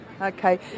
okay